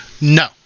No